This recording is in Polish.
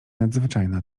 nadzwyczajna